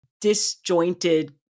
disjointed